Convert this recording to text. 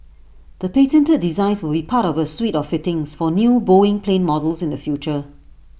the patented designs will be part of A suite of fittings for new boeing plane models in the future